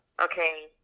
okay